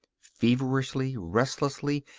feverishly, restlessly,